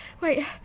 Wait